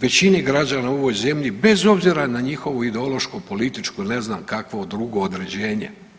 većini građana u ovoj zemlji bez obzira na njihovo ideološko, političko ili ne znam kakvo drugo određenje.